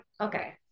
okay